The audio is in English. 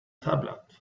tablet